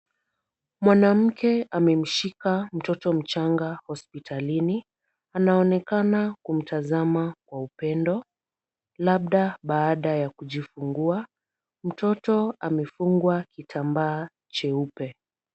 Mwanamke amemshika mtoto mchanga hospitalini, anaonekana kumtazama kwa upendo labda baada ya kujifungua, Mtoto amefungwa kitambaa cheupe.